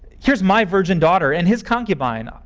here's my virgin daughter, and his concubine. ah